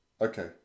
okay